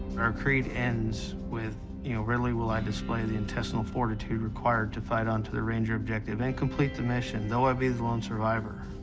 our creed ends with, you know, readily will i display the intestinal fortitude required to fight on to the ranger objective and complete the mission, though i be the lone survivor.